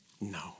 No